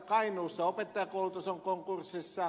kainuussa opettajankoulutus on konkurssissa